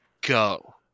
go